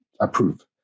approve